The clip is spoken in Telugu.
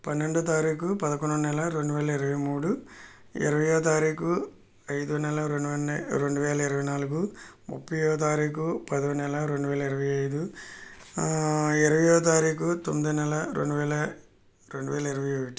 పన్నెండో తారీఖు పదకొండవ నెల రెండు వేల ఇరవై మూడు ఇరవైయో తారీఖు ఐదవ నెల రెండు వేల రెండు వేల ఇరవై నాలుగు ముప్పైయవ తారీఖు పదవ నెల రెండు వేల ఇరవై ఐదు ఇరవైయో తారీఖు తొమ్మిదో నెల రెండు వేల రెండు వేల ఇరవై ఒకటి